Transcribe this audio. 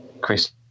Chris